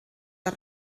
del